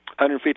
$150